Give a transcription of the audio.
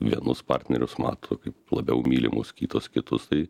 vienus partnerius mato kaip labiau mylimus kitos kitus tai